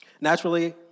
Naturally